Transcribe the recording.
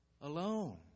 alone